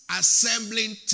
assembling